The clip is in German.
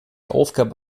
aufgabe